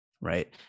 right